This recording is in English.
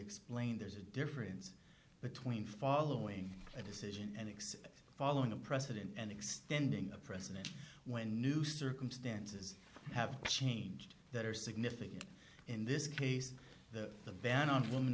explained there's a difference between following a decision and except following a precedent and extending a precedent when new circumstances have changed that are significant in this case that the ban on women